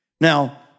Now